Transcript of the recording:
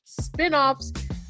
spinoffs